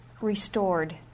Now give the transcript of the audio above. restored